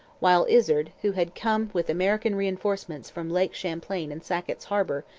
while izard, who had come with american reinforcements from lake champlain and sackett's harbour,